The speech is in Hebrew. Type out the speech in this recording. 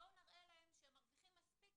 בואו נראה להם שהם מרוויחים מספיק